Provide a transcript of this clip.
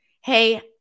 hey